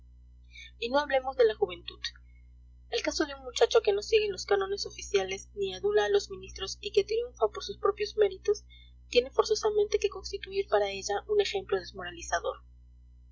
y no hablemos de la juventud el caso de un muchacho que no sigue los cánones oficiales ni adula a los ministros y que triunfa por sus propios méritos tiene forzosamente que constituir para ella un ejemplo desmoralizador